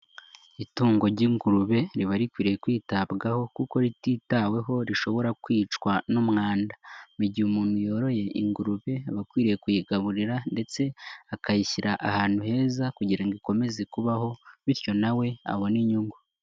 Itungo ry'ingurube riba rikwiriye kwitabwaho kuko rititaweho rishobora kwicwa n'umwanda. Mu gihe umuntu yoroye ingurube aba akwiriye kuyigaburira ndetse akayishyira ahantu heza kugira ngo ikomeze kubaho bityo na we abone inyungu.